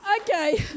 Okay